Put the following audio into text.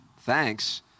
Thanks